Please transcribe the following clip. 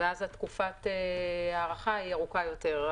ואז תקופת הדחייה היא ארוכה יותר,